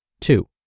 Two